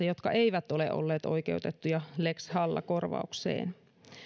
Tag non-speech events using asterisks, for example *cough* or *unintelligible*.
*unintelligible* jotka eivät ole olleet oikeutettuja lex halla korvaukseen